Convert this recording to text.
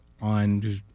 on